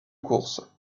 course